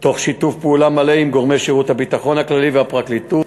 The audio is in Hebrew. תוך שיתוף פעולה מלא עם גורמי שירות הביטחון הכללי והפרקליטות.